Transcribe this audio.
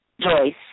Joyce